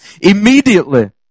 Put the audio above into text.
Immediately